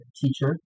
teacher